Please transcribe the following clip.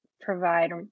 provide